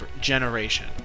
generation